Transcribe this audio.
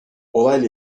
olayla